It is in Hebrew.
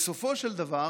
בסופו של דבר